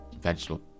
vegetable